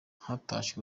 hatashywe